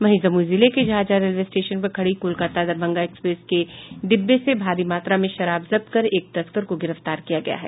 वहीं जमुई जिले के झाझा रेलवे स्टेशन पर खड़ी कोलकाता दरभंगा एक्सप्रेस के डिब्बे से भारी मात्रा में शराब जब्त कर एक तस्कर को गिरफ्तार किया गया है